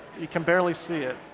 you can barely see it.